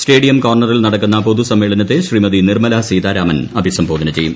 stadium കോർണറിൽ ന്നടിക്കുന്ന പൊതു സമ്മേളനത്തെ ശ്രീമതി നിർമ്മല സീതാരാമൻ അഭിസ്ക്ബോധന ചെയ്യും